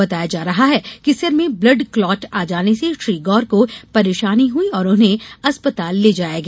बताया जा रहा है कि सिर में ब्लड क्लाट आ जाने से श्री गौर को परेशानी हुई और उन्हें अस्पताल ले जाया गया